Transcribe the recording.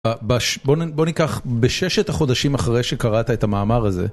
בואו ניקח, בששת החודשים אחרי שקראת את המאמר הזה.